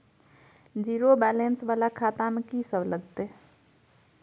Zero balance वाला खाता में की सब लगतै?